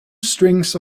strings